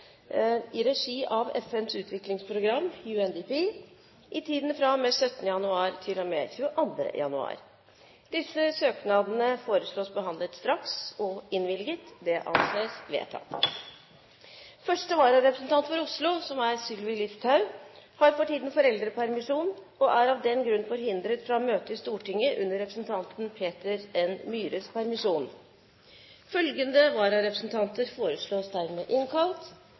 i regi av FNs utviklingsprogram, UNDP, i tiden fra og med 17. januar til og med 22. januar Disse søknadene foreslås behandlet straks og innvilget. – Det anses vedtatt. Første vararepresentant for Oslo, Sylvi Listhaug, har for tiden foreldrepermisjon og er av den grunn forhindret fra å møte i Stortinget under representanten Peter N. Myhres permisjon. Følgende vararepresentanter foreslås innkalt